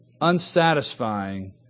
unsatisfying